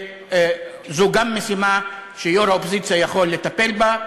זו משימה שגם יושב-ראש האופוזיציה יכול לטפל בה.